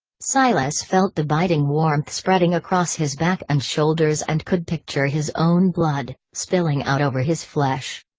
silas felt the biting warmth spreading across his back and shoulders and could picture his own blood, spilling out over his flesh.